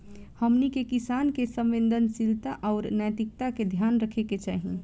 हमनी के किसान के संवेदनशीलता आउर नैतिकता के ध्यान रखे के चाही